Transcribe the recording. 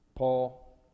Paul